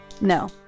No